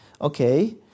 Okay